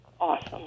Awesome